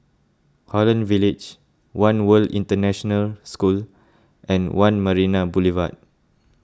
Holland Village one World International School and one Marina Boulevard